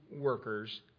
Workers